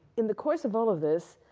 in the course of all of this,